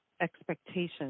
expectations